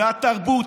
מהתרבות,